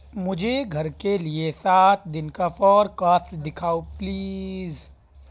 مجھے گھر کے لیے سات دن کا فار کاسٹ دکھاؤ پلیز